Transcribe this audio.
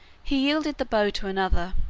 he yielded the bow to another.